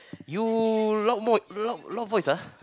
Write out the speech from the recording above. you loud mode loud loud voice ah